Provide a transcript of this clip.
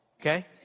Okay